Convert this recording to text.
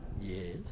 Yes